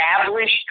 established